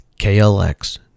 KLX